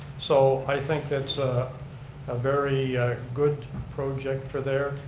so i think that's a ah very good project for there,